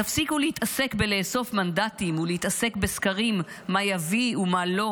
תפסיקו להתעסק בלאסוף מנדטים ולהתעסק בסקרים מה יביא ומה לא.